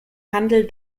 handel